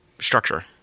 structure